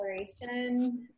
exploration